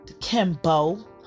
kimbo